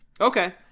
Okay